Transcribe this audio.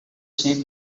same